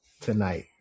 tonight